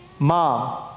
Mom